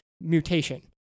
mutation